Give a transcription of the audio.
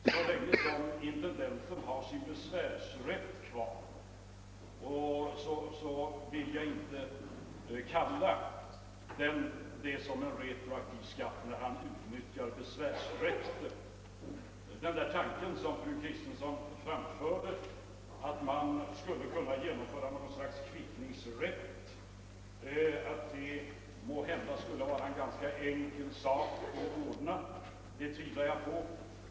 Så länge intendenten har besvärsrätt vill jag inte tala om retroaktiv skatt när han utnyttjar denna rätt. Fru Kristenssons tanke att man skulle kunna tillämpa något slags kvittning och att saken skulle kunna vara ganska enkel att ordna på det sättet tvivlar jag på.